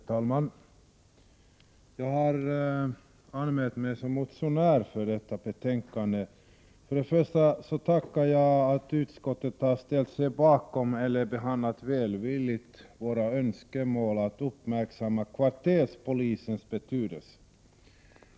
Herr talman! Som en av motionärerna har jag anmält mig som talare vid behandlingen av detta betänkande. Jag vill börja med att tacka för att utskottet välvilligt har behandlat våra önskemål om att uppmärksamma kvarterspolisens betydelse.